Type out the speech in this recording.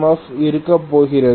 F இருக்கப் போகிறது